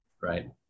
right